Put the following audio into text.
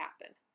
happen